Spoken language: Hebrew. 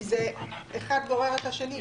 כי זה אחד גורר את השני.